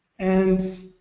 and